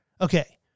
Okay